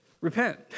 repent